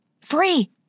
Free